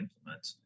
implement